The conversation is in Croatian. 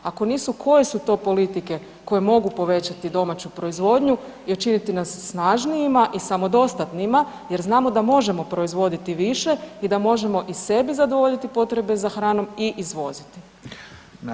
Ako nisu koje su to politike koje mogu povećati domaću proizvodnju i učiniti nas snažnijima i samodostatnima jer znamo da možemo proizvoditi više i da može i sebi zadovoljiti potrebe za hranom i izvoziti.